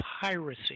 piracy